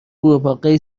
غورباغه